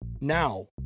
now